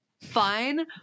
fine